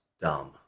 dumb